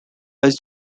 ice